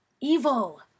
Evil